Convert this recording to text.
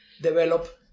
develop